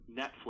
Netflix